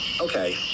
Okay